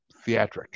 theatric